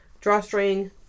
drawstring